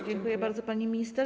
Dziękuję bardzo, pani minister.